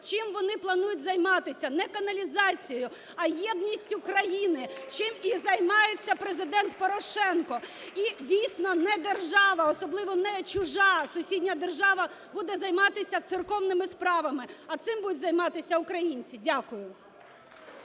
чим вони планують займатися: не каналізацією, а єдністю країни, чим і займається Президент Порошенко. І, дійсно, не держава, особливо не чужа сусідня держава, буде займатися церковними справами, а цим будуть займатися українці. Дякую.